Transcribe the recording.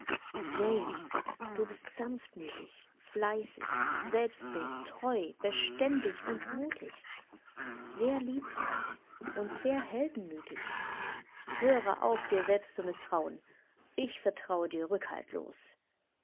jane du bist sanftmütig fleißig selbstlos treu beständig und mutig sehr liebreich und sehr heldenmütig höre auf dir selbst zu mißtrauen ich vertraue dir rückhaltlos